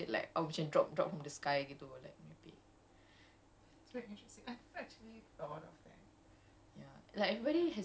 but like macam gitu lah they are kids man like there's no way that you can just be gifted like oh macam drop drop from the sky gitu like merepek